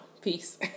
peace